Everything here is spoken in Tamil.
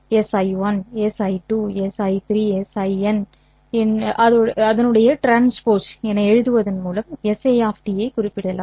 si1 si2 sin T என எழுதுவதன் மூலம் si ஐ குறிப்பிடலாம்